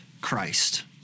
Christ